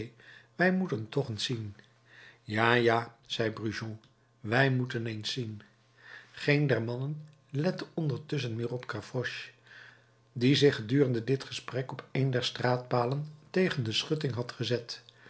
wij moeten toch eens zien ja ja zei brujon wij moeten eens zien geen der mannen lette ondertusschen meer op gavroche die gedurende dit gesprek zich op een der straatpalen tegen de schutting had gezet